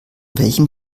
welchem